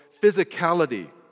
physicality